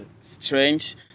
strange